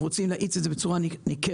אנחנו רוצים להאיץ את זה בצורה ניכרת,